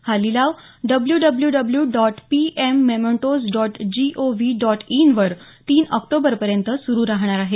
हा लिलाव W W dot P M mementos dot G O V dot इनवर तीन ऑक्टोबरपर्यंत सुरू राहणार आहे